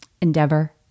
endeavor